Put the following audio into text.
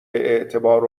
اعتبار